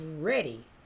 ready